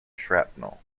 shrapnel